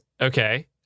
Okay